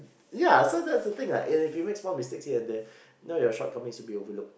ya so that's the thing like if you make small mistakes here and there you know your short comings will be overlooked